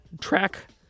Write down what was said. track